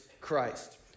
Christ